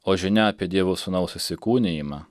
o žinia apie dievo sūnaus įsikūnijimą